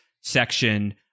section